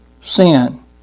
Sin